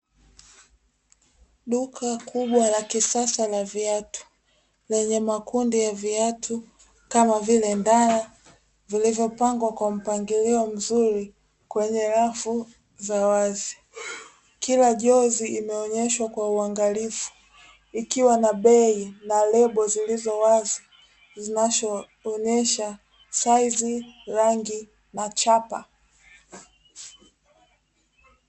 Duka kubwa la kisasa la viatu, lenye makundi ya viatu kama vile ndala, vilivyopangwa kwa mpangilio mzuri kwenye rafu za wazi, kila jozi imeonyeshwa kwa uangalifu, ikiwa na bei na lebo zilizowazi zinazoonyesha saizi, rangi na chapa.